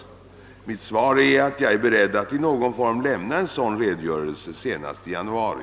Jag är beredd att i någon form lämna en sådan redogörelse senast i januari.